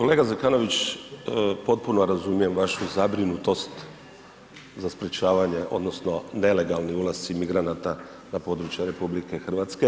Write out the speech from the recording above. Kolega Zekanović, potpuno razumijem vašu zabrinutost za sprječavanje odnosno nelegalni ulasci migranata na područje RH.